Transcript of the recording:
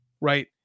right